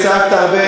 וצעקת הרבה,